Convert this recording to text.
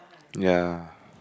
ya